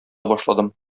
башладым